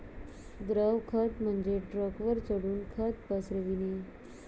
द्रव खत म्हणजे ट्रकवर चढून खत पसरविणे